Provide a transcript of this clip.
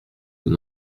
vous